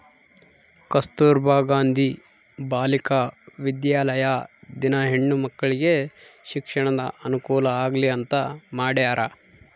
ಕಸ್ತುರ್ಭ ಗಾಂಧಿ ಬಾಲಿಕ ವಿದ್ಯಾಲಯ ದಿನ ಹೆಣ್ಣು ಮಕ್ಕಳಿಗೆ ಶಿಕ್ಷಣದ ಅನುಕುಲ ಆಗ್ಲಿ ಅಂತ ಮಾಡ್ಯರ